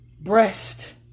Breast